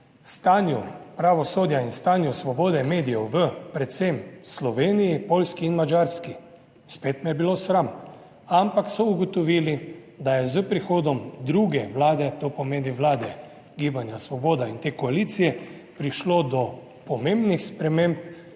stanju pravosodja in stanju svobode medijev v predvsem Sloveniji, Poljski in Madžarski. Spet me je bilo sram, ampak so ugotovili, da je s prihodom druge vlade, to pomeni vlade Gibanja Svoboda in te koalicije, prišlo do pomembnih sprememb,